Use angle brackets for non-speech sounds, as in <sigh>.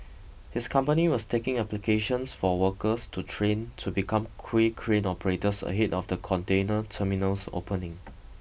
his company was taking applications for workers to train to become <unintelligible> crane operators ahead of the container terminal's opening